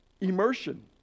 Immersion